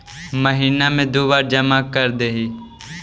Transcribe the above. महिना मे दु बार जमा करदेहिय?